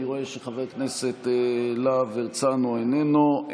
אני רואה שחבר כנסת להב-הרצנו, איננו,